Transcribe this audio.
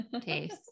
taste